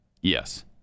Yes